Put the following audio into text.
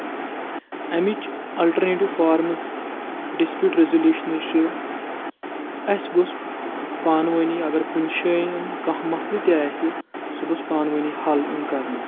امِچ alternative forms dispute resolutions چھُ اَسہِ گوٚژھ پانہٕ ؤنی اگر کُنہِ جایہِ کانٛہہ مسلہٕ تہِ آسہِ سُہ گوٚژھ پانہٕ ؤنی حل یُن کرنہٕ